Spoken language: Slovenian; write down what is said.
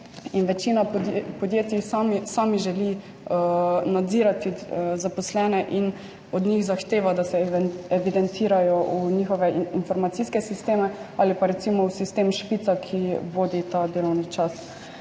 večina podjetij želi sama nadzirati zaposlene in od njih zahteva, da se evidentirajo v njihove informacijske sisteme ali pa recimo v sistem Špica, ki vodi ta delovni čas.